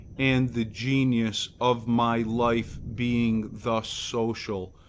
and the genius of my life being thus social,